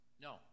No